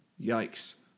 Yikes